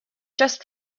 just